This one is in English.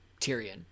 Tyrion